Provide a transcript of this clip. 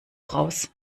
raus